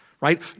right